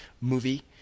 movie